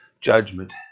judgment